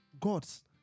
gods